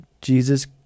Jesus